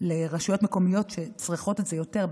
לרשויות מקומיות שצריכות את זה יותר,